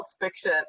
fiction